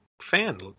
fan